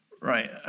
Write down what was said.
right